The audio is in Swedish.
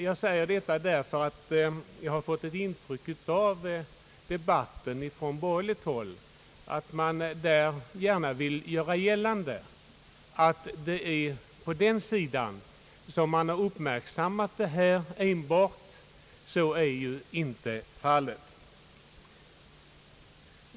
Jag säger detta därför att jag fått ett intryck av att man från borgerligt håll vill göra gällande att man är ensam om att ha haft sin uppmärksamhet riktad på denna fråga. Så är ju inte fallet.